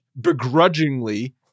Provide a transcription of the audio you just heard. begrudgingly